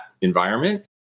environment